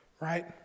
right